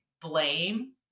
blame